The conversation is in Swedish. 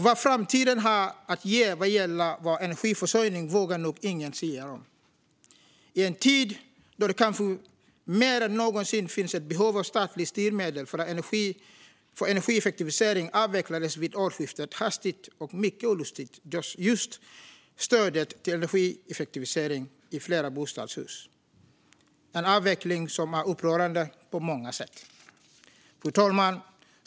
Vad framtiden har att ge vad gäller vår energiförsörjning vågar nog ingen sia om. I en tid då det kanske mer än någonsin finns ett behov av statliga styrmedel för energieffektivisering avvecklades vid årsskiftet hastigt och mycket olustigt just stödet för energieffektivisering i flerbostadshus - en avveckling som var upprörande på många sätt. Fru talman!